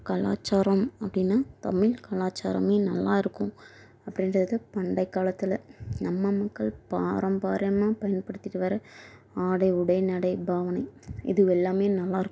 கலாச்சாரம் அப்படின்னா தமிழ் கலாச்சாரமே நல்லா இருக்கும் அப்படின்றது பண்டை காலத்தில் நம்ம மக்கள் பாரம்பரியமாக பயன்படுத்திட்டு வர ஆடை உடை நடை பாவனை இதுவெல்லாமே நல்லாருக்கும்